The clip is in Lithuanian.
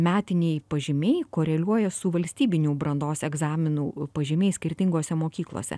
metiniai pažymiai koreliuoja su valstybinių brandos egzaminų pažymiais skirtingose mokyklose